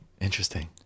Interesting